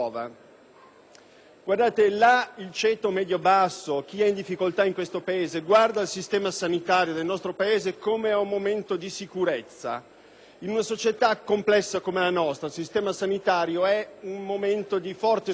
Badate che il ceto medio-basso, ossia chi è in difficoltà in Italia, guarda al sistema sanitario del nostro Paese come ad un momento di sicurezza. In una società complessa come la nostra, il sistema sanitario è un punto di riferimento di forte solidarietà